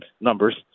numbers